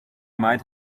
might